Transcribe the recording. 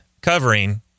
covering